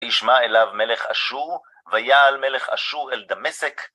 ישמע אליו מלך אשור, ויעל מלך אשור אל דמשק.